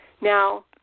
Now